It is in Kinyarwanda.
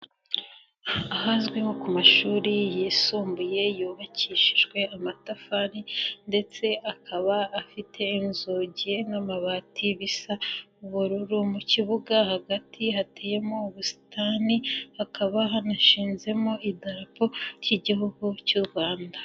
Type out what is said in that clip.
Ahazwi nko ku mashuri yisumbuye yubakishijwe amatafari ndetse akaba afite inzugi n'amabati bisa n'ubururu mu kibuga hagati hateyemo ubusitani hakaba hanashinzemo idarapo ry'igihugu cy'u Rwanda.